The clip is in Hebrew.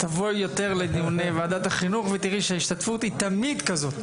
תבואי יותר לדיוני ועדת החינוך ותראי שההשתתפות היא תמיד כזאת.